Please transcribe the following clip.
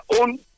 own